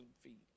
feet